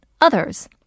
others